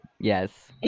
yes